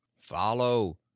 follow